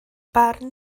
barn